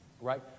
right